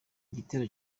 gitera